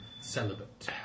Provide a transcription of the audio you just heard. Celibate